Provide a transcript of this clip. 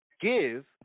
give